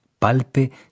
Palpe